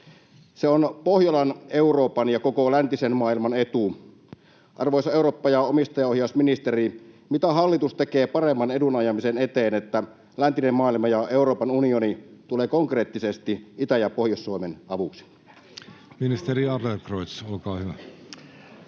Se on Pohjolan, Euroopan ja koko läntisen maailman etu. Arvoisa eurooppa- ja omistajaohjausministeri: mitä hallitus tekee paremman edun ajamisen eteen, että läntinen maailma ja Euroopan unioni tulevat konkreettisesti Itä- ja Pohjois-Suomen avuksi? [Speech 90] Speaker: